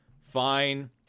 fine